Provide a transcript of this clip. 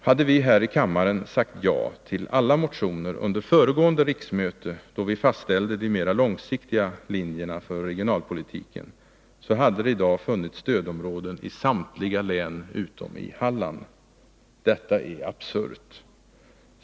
Hade vi här i kammaren sagt ja till alla motioner under föregående riksmöte, då vi fastställde de mera långsiktiga linjerna för regionalpolitiken, hade det i dag funnits stödområden i samtliga län utom i Halland. Detta är absurt.